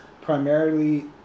Primarily